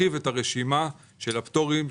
אנחנו מתכוונים להרחיב את הרשימה של הפטורים.